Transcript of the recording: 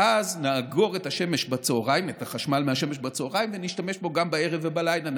ואז נאגור את החשמל מהשמש בצוהריים ונשתמש בו גם בערב ובלילה.